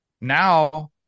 Now